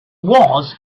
was